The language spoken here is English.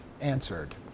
answered